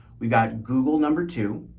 we've got google number two,